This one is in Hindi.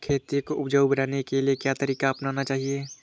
खेती को उपजाऊ बनाने के लिए क्या तरीका अपनाना चाहिए?